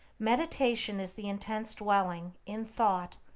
meditation is the intense dwelling, in thought,